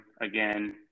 again